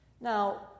Now